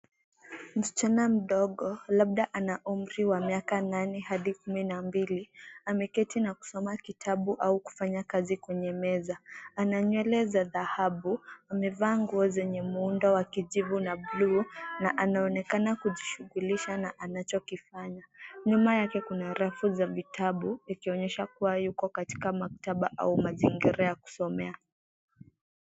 Msichana mdogo, labda ana umri wa miaka nane hadi kumi na mbili, ameketi na kusoma kitabu au kufanya kazi kwenye meza . Ana nywele za dhahabu. Amevaa nguo zenye muundo wa kijivu na bluu na anaonekana kujishughulisha na anachokifanya. Nyuma yake kuna rafu za vitabu ikionyesha kuwa yuko katika maktaba au mazingira ya kusomea.